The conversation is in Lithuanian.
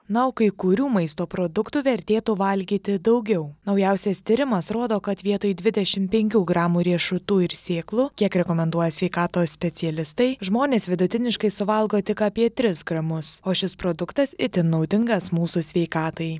na o kai kurių maisto produktų vertėtų valgyti daugiau naujausias tyrimas rodo kad vietoj dvidešim penkių gramų riešutų ir sėklų kiek rekomenduoja sveikatos specialistai žmonės vidutiniškai suvalgo tik apie tris gramus o šis produktas itin naudingas mūsų sveikatai